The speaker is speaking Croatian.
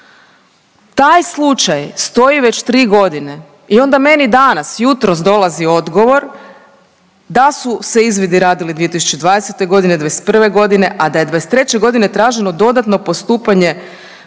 Taj slučaj stoji već tri godine i onda meni danas, jutros dolazi odgovor da su se izvidi radili 2020. godine, 2021. godine, a da je 2023. godine traženo dodatno postupanje